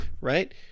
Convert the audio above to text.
Right